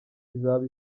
izaba